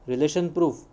relation proof